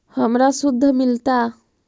हमरा शुद्ध मिलता?